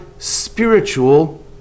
spiritual